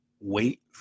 wait